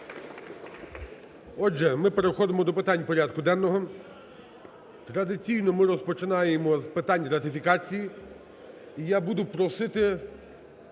Отже, ми переходимо до питань порядку денного. Традиційно ми розпочинаємо з питань ратифікації.